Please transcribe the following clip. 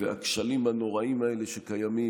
והכשלים הנוראיים האלה שקיימים,